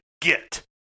get